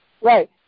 Right